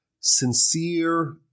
sincere